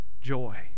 joy